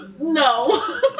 no